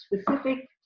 specific